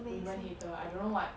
woman hater I don't know what